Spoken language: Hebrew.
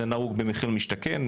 זה נהוג במחיר משתכן,